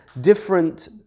different